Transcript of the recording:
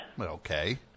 Okay